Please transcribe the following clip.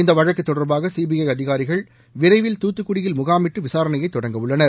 இந்த வழக்கு தொடர்பாக சிபிஐ அதிகாரிகள் விரைவில் தூத்துக்குடியில் முகாமிட்டு விசாரணையைத் தொடங்க உள்ளனர்